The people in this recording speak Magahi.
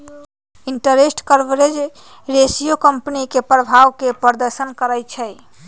इंटरेस्ट कवरेज रेशियो कंपनी के प्रभाव के प्रदर्शन करइ छै